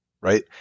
Right